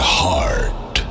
heart